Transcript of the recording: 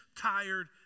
tired